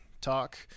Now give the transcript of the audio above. talk